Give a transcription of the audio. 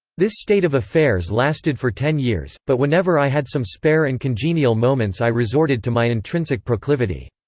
this state of affairs lasted for ten years, but whenever i had some spare and congenial moments i resorted to my intrinsic proclivity.